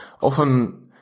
often